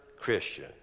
Christian